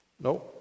No